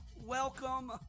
Welcome